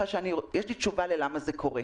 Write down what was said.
יש לי תשובה לשאלה למה זה קורה,